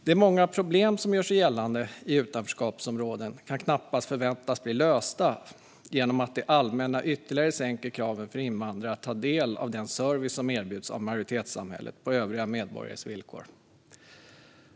De många problem som gör sig gällande i utanförskapsområden kan därför knappast förväntas bli lösta genom att det allmänna ytterligare sänker kraven för invandrare att ta del av den service som erbjuds av majoritetssamhället på övriga medborgares villkor.